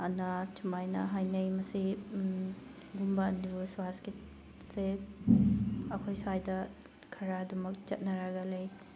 ꯑꯅ ꯁꯨꯃꯥꯏꯅ ꯍꯥꯏꯅꯩ ꯃꯁꯤ ꯒꯨꯝꯕ ꯑꯟꯗꯕꯤꯁ꯭ꯋꯥꯁꯀꯤꯁꯦ ꯑꯩꯈꯣꯏ ꯁ꯭ꯋꯥꯏꯗ ꯈꯔ ꯑꯗꯨꯃꯛ ꯆꯠꯅꯔꯒ ꯂꯩ